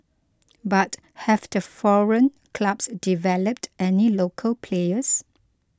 but have the foreign clubs developed any local players